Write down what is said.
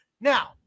Now